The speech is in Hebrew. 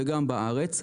וגם בארץ,